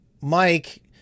Mike